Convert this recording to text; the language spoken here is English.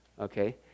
okay